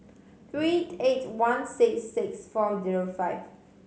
three eight one six six four zero five